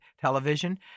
Television